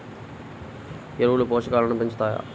ఎరువులు పోషకాలను పెంచుతాయా?